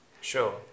sure